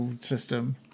system